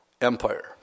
empire